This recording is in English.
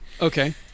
okay